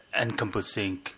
encompassing